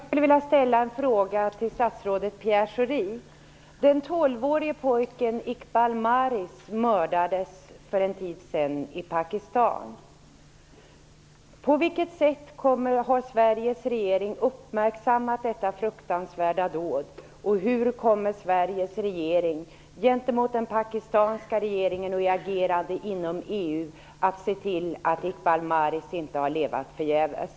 Fru talman! Jag skulle vilja ställa en fråga till statsrådet Pierre Schori. Den tolvårige pojken Iqbal Masih mördades för en tid sedan i Pakistan. På vilket sätt har Sveriges regering uppmärksammat detta fruktansvärda dåd, och hur kommer Sveriges regering att gentemot den pakistanska regeringen och i agerandet inom EU se till att Iqbar Masih inte har levt förgäves?